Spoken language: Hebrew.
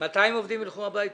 מתי העובדים ילכו הביתה?